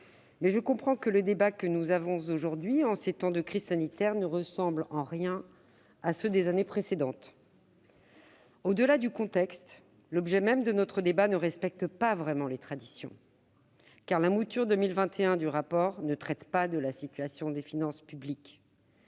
Je comprends que ce débat, en ces temps de crise sanitaire, ne ressemble en rien à ceux des années précédentes. Au-delà du contexte, l'objet même de notre discussion ne respecte pas vraiment les traditions, car la mouture 2021 du rapport annuel ne traite pas de la situation des finances publiques.